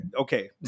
Okay